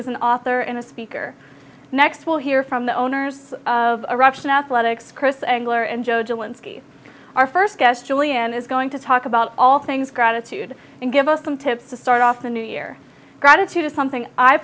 is an author and a speaker next we'll hear from the owners of a russian athletics chris angler and judge alinsky our first guest julianne is going to talk about all things gratitude and give us some tips to start off the new year gratitude is something i